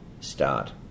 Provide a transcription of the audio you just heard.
start